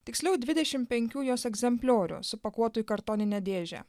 tiksliau dvidešimt penkių jos egzempliorių supakuotų į kartoninę dėžę